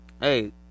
hey